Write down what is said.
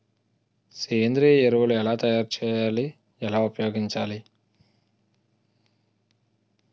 సేంద్రీయ ఎరువులు ఎలా తయారు చేయాలి? ఎలా ఉపయోగించాలీ?